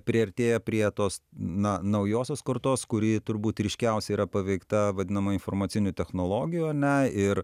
priartėja prie tos na naujosios kartos kurį turbūt ryškiausiai yra paveikta vadinamų informacinių technologijų ar ne ir